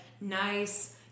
nice